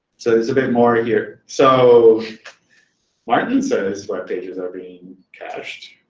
so there's a bit more here. so martin says web pages are being cached.